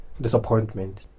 disappointment